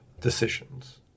decisions